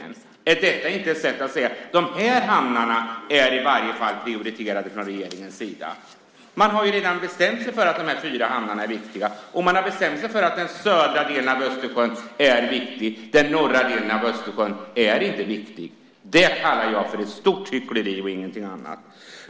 Är inte detta ett sätt att säga att de här hamnarna i varje fall är prioriterade från regeringens sida? Man har ju redan bestämt sig för att de här fyra hamnarna är viktiga. Man har bestämt sig för att den södra delen av Östersjön är viktig. Den norra delen av Östersjön är inte viktig. Det kallar jag för ett stort hyckleri och ingenting annat.